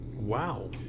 Wow